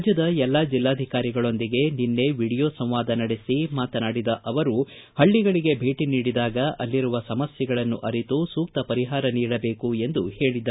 ರಾಜ್ಯದ ಎಲ್ಲಾ ಜಿಲ್ಲಾಧಿಕಾರಿಗಳೊಂದಿಗೆ ನಿನ್ನೆ ವೀಡಿಯೋ ಸಂವಾದ ನಡೆಸಿ ಮಾತನಾಡಿದ ಅವರು ಹಳ್ಳಗಳಗೆ ಭೇಟಿ ನೀಡಿದಾಗ ಅಲ್ಲಿರುವ ಸಮಸ್ಥೆಗಳನ್ನು ಅರಿತು ಸೂಕ್ತ ಪರಿಹಾರಗಳನ್ನು ನೀಡಬೇಕು ಎಂದು ಹೇಳಿದರು